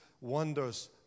wonders